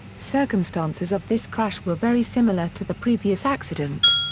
circumstances of this crash were very similar to the previous accident.